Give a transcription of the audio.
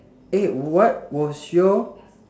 eh what was your